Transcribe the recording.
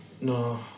no